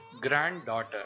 Granddaughter